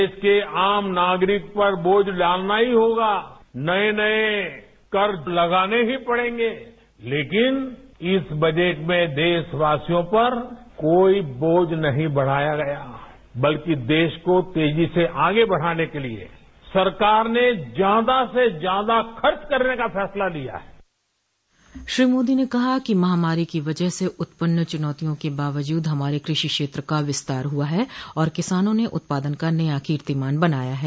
देश को आम नागरिक पर बोझ डालना ही होगा नए नए कर लगाने की पड़ेंगे लेकिन इस बजट में देशवासियों पर कोई बोझ नहीं बढ़ाया गया बल्कि देश को तेजी से आगे बढ़ाने के लिए सरकार ने ज्यादा से ज्यादा खर्च करने का श्री मोदी ने कहा कि महामारी की वजह से उत्पन्न चुनौतियों के बावजूद हमारे कृषि क्षेत्र का विस्तार हुआ है और किसानों ने उत्पादन का नया कीर्तिमान बनाया है